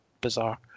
bizarre